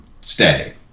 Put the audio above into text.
stay